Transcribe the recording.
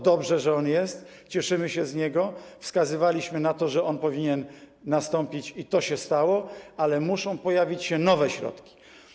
Dobrze, że on jest, cieszymy się z niego, wskazywaliśmy na to, że on powinien być, i to się stało, ale muszą pojawić się nowe środki.